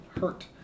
Hurt